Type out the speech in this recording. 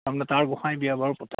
আপোনাৰ তাৰ গোঁসাই বিয়া বাৰু পতা